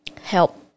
help